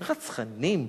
רצחניים,